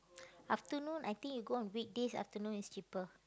afternoon I think you go on weekdays afternoon is cheaper